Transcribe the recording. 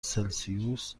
سلسیوس